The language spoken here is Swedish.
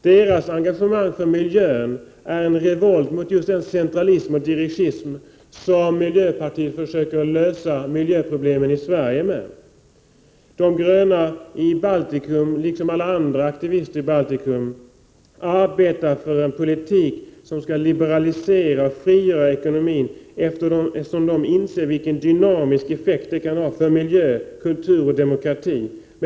De baltiska folkens engagemang för miljön är en revolt mot just den centralism och dirigism varmed miljöpartiet försöker lösa miljöproblemen i Sverige. De gröna i Baltikum liksom alla andra aktivister i Baltikum arbetar för en politik som skall liberalisera och frigöra ekonomin, eftersom de inser vilken dynamisk effekt det kan ha för miljö, kultur och demokrati.